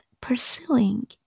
pursuing